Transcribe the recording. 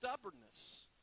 stubbornness